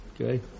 okay